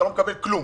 אתה לא מקבל כלום.